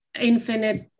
infinite